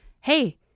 hey